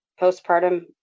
postpartum